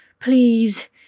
Please